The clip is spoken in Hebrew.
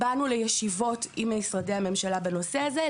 באנו לישיבות עם משרדי הממשלה בנושא הזה.